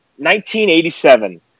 1987